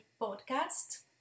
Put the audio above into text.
podcast